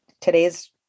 today's